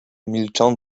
milczą